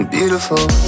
Beautiful